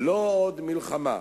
לא עוד מלחמה,